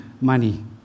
money